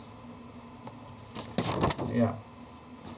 yeah